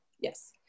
Yes